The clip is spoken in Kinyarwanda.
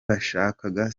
bashakaga